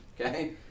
Okay